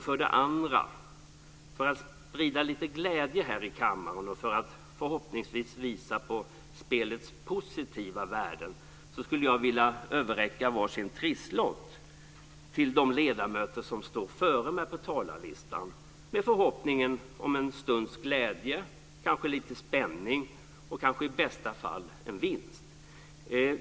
För det andra skulle jag för att sprida lite glädje här i kammaren och för att förhoppningsvis visa på spelets positiva värden vilja överräcka var sin trisslott till de ledamöter som står före mig på talarlistan, i förhoppning om en stunds glädje, lite spänning och kanske i bästa fall en vinst.